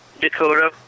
Dakota